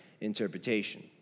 interpretation